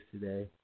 today